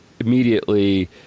immediately